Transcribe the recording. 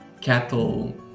cattle